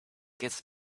gets